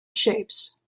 shapes